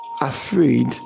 afraid